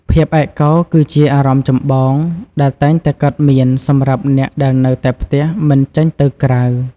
ភាពឯកកោគឺជាអារម្មណ៍ចម្បងដែលតែងតែកើតមាន សម្រាប់អ្នកដែលនៅតែផ្ទះ មិនចេញទៅក្រៅ។